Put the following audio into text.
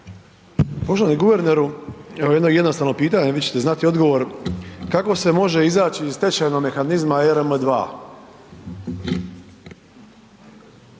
Poštovani guverneru imam jedno jednostavno pitanje, vi ćete znati odgovor. Kako se može izaći iz tečajnog mehanizma ERM